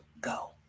go